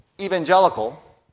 evangelical